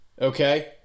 Okay